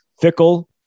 fickle